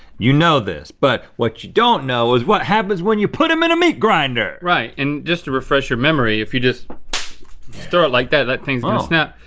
you know this but what you don't know is what happens when you put em in a meat grinder. right and just to refresh your memory, if you just throw it like that, that thing's gonna snap.